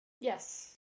Yes